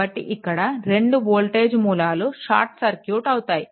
కాబట్టి ఇక్కడ రెండు వోల్టేజ్ మూలాలు షార్ట్ సర్క్యూట్ అవుతాయి